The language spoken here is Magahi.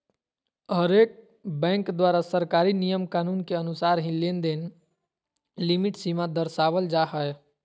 हरेक बैंक द्वारा सरकारी नियम कानून के अनुसार ही लेनदेन लिमिट सीमा दरसावल जा हय